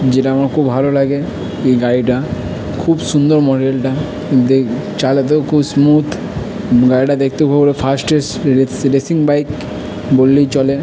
যেটা আমার খুব ভালো লাগে এই গাড়িটা খুব সুন্দর মডেলটা চালাতেও খুব স্মুথ গাড়িটা দেখতেও পুরো ফাস্টেস্ট রেসিং বাইক বলেই চলে